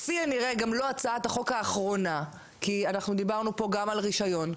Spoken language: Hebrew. כפי הנראה גם לא הצעת החוק האחרונה כי אנחנו דיברנו כאן גם על רישיון.